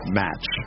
match